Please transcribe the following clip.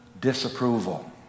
disapproval